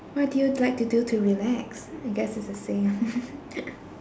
what do you like to do to relax hmm I guess it's the same